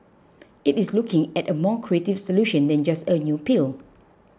it is looking at a more creative solution than just a new pill